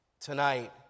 tonight